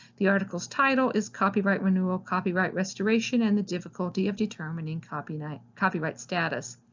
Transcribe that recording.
the article's title is copyright renewal, copyright duration and the difficulty of determining copyright copyright status.